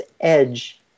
edge